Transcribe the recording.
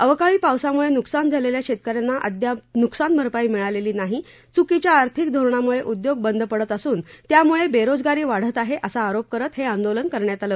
अवकाळी पावसामुळे नुकसान झालेल्या शेतकऱ्यांना अद्याप नुकसान भरपाई मिळालेली नाही चुकीच्या आर्थिक धोरणामुळे उद्योग बंद पडत असून त्यामुळे बेरोजगारी वाढत आहे असा आरोप करत हे आंदोलन करण्यात आलं